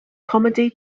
comedy